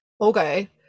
okay